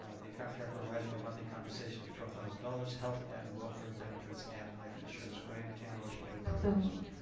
the contract provides for a monthly compensation of twelve thousand dollars, health and welfare benefits and life insurance. can i entertain a motion to approve this one?